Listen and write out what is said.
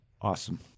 Awesome